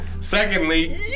Secondly